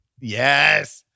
Yes